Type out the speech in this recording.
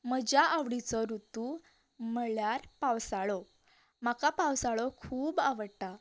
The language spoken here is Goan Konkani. म्हज्या आवडीचो ऋतू म्हण्यार पावसाळो म्हाका पावसाळो खूब आवडटा